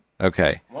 okay